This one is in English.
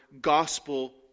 gospel